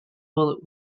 bullet